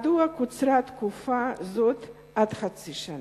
מדוע קוצרה תקופה זו עד חצי שנה?